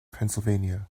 pennsylvania